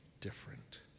different